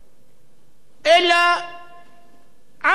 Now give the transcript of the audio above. אלא עמך, הציבור?